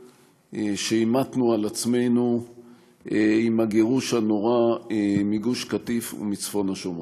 שהמטנו על עצמנו עם הגירוש הנורא מגוש קטיף ומצפון השומרון.